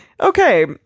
Okay